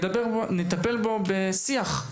אנחנו נעשה את זה בשיח,